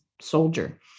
soldier